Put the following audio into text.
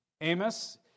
Amos